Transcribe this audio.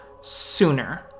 sooner